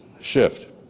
shift